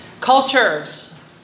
cultures